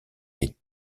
est